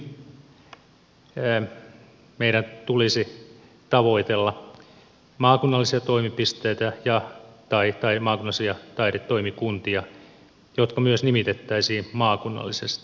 mieluumminkin meidän tulisi tavoitella maakunnallisia toimipisteitä tai maakunnallisia taidetoimikuntia jotka myös nimitettäisiin maakunnallisesti